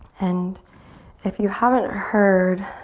and if you haven't heard